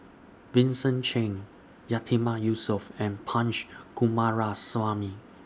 Vincent Cheng Yatiman Yusof and Punch Coomaraswamy